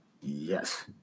yes